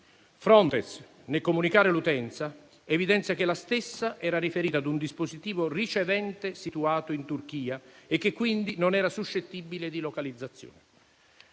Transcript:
Frontex, nel comunicare l'utenza, evidenzia che la stessa era riferita ad un dispositivo ricevente situato in Turchia e che quindi non era suscettibile di localizzazione.